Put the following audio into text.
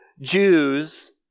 Jews